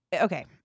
okay